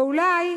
ואולי